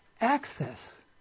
access